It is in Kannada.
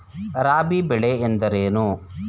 ರಾಬಿ ಬೆಳೆ ಎಂದರೇನು?